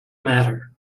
matter